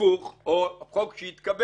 הפוך או חוק שהתקבל,